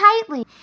tightly